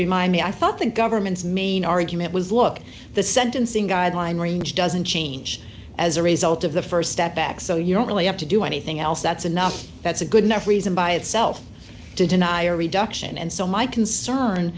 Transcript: remind me i thought the government's main argument was look the sentencing guideline range doesn't change as a result of the st step back so you don't really have to do anything else that's enough that's a good enough reason by itself to deny or reduction and so my concern